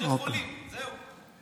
שני חולים, זהו.